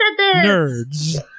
nerds